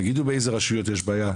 תגידו באיזה רשויות יש בעיה?